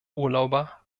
urlauber